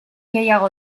gehiago